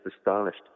astonished